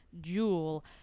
jewel